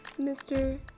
Mr